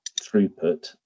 throughput